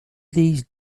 these